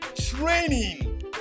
training